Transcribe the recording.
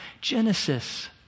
Genesis